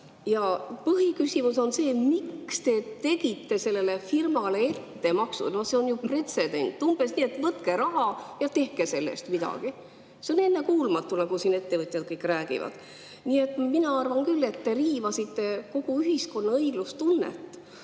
Ja põhiküsimus on see: miks te tegite sellele firmale ettemaksu? See on ju pretsedent. Umbes nii, et võtke raha ja tehke sellest midagi. See on ennekuulmatu, nagu siin ettevõtjad kõik räägivad. Nii et mina arvan küll, et te riivasite kogu ühiskonna õiglustunnet.